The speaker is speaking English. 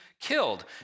killed